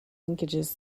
linkages